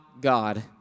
God